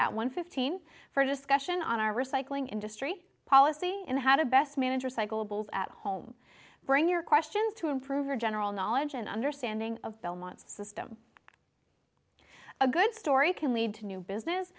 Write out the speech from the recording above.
at one fifteen for a discussion on our recycling industry policy and how to best manager cycle bulls at home bring your questions to improve your general knowledge and understanding of belmont's system a good story can lead to new business